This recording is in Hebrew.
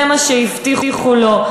זה מה שהבטיחו לו.